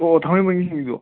ꯑꯣ ꯑꯣ ꯊꯥꯡꯃꯩꯕꯟꯒꯤ ꯁꯤꯡꯖꯨꯗꯣ